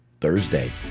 Thursday